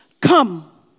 come